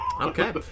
Okay